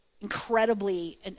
incredibly